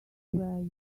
where